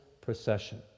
procession